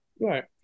right